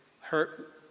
hurt